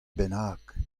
bennak